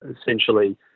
essentially